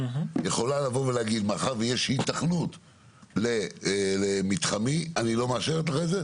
יכולה לבוא ולהגיד מאחר שיש היתכנות למתחמי אני לא מאשרת לך את זה?